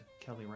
Kelly